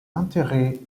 enterré